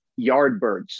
Yardbirds